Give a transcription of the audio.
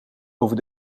over